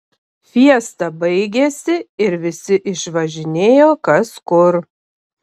fiesta baigėsi ir visi išvažinėjo kas kur